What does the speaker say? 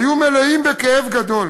היו מלאים בכאב גדול,